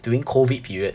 during COVID period